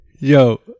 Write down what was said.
Yo